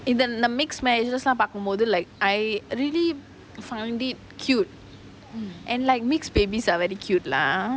is the the mixed marriage பாக்கும் போது:paakum pothu like I really find it cute and like mixed babies are very cute lah